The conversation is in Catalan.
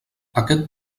aquest